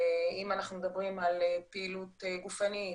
אם אנחנו מדברים על פעילות גופנית,